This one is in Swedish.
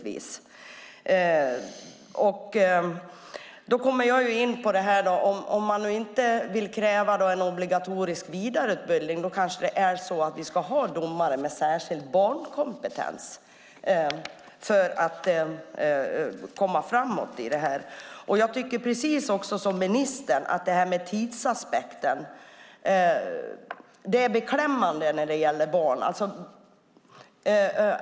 Vill man inte kräva en obligatorisk vidareutbildning ska vi kanske ha domare med särskild barnkompetens för att komma framåt i detta. Jag håller med ministern om tidsaspekten. Det är beklämmande när det gäller barn.